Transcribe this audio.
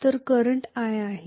तर current i आहे